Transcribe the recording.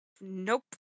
Nope